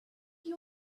you